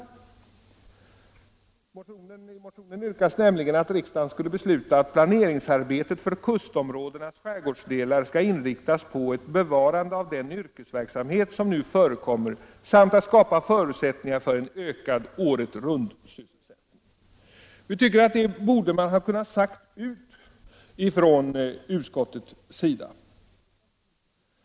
I motionen yrkas nämligen att riksdagen skall besluta ”att planeringsarbetet för kustområdenas skärgårdsdelar skall inriktas på ett bevarande av den yrkesverksamhet som nu förekommer samt på att skapa förutsättningar för en ökad året-runt-sysselsättning”. Vi tycker att detta borde ha kunnat sägas klart ut av utskottet.